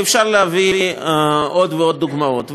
ואפשר להביא עוד ועד דוגמאות.